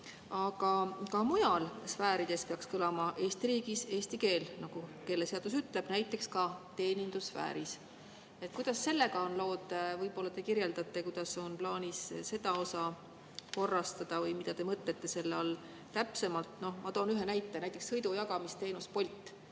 Aga ka mujal sfäärides peaks kõlama Eesti riigis eesti keel, nagu keeleseadus ütleb, näiteks ka teenindussfääris. Kuidas sellega on lood? Võib-olla te kirjeldate, kuidas on plaanis seda osa korrastada või mida te mõtlete selle all täpsemalt? Ma toon ühe näite, näiteks sõidujagamisteenus Bolt.